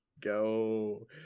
Go